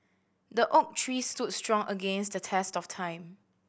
the oak tree stood strong against the test of time